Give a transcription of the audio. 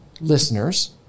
listeners